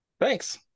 Thanks